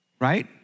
Right